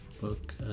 book